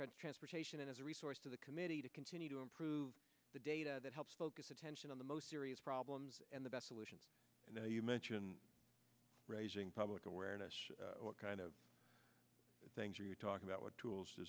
transportation as a resource to the committee to continue to improve the data that helps focus attention on the most serious problems and the best solution and now you mention raising public awareness what kind of things are you talking about what tools